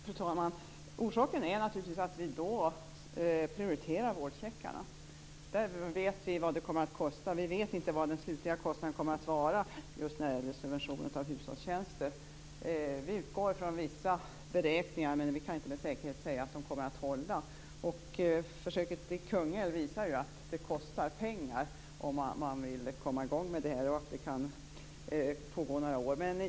Fru talman! Orsaken är naturligtvis att vi prioriterar vårdcheckarna. Där vet vi vad det kommer att kosta men vi vet inte vad den slutliga kostnaden blir när det gäller subventionerade hushållstjänster. Vi utgår från vissa beräkningar men kan inte med säkerhet säga att de kommer att hålla. Försöket i Kungälv visar att det kostar pengar om man vill komma i gång med det här, som kan pågå i några år.